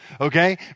okay